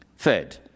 Third